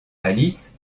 alice